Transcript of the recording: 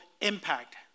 impact